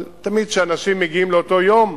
אבל תמיד כשאנשים מגיעים לאותו יום,